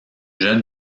jeune